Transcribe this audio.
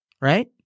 Right